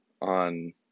on